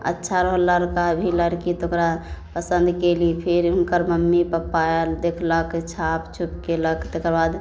अच्छा रहल लड़का भी लड़की तऽ ओकरा पसन्द कएली फेर हुनकर मम्मी पापा आएल देखलक छापछुप कएलक तकर बाद